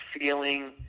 feeling